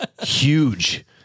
huge